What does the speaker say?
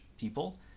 people